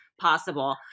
possible